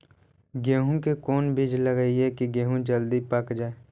गेंहू के कोन बिज लगाई कि गेहूं जल्दी पक जाए?